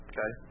Okay